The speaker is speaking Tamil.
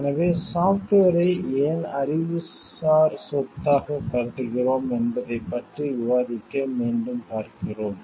எனவே சாஃப்ட்வேரை ஏன் அறிவுசார் சொத்தாகக் கருதுகிறோம் என்பதைப் பற்றி விவாதிக்க மீண்டும் பார்க்கிறோம்